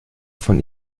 von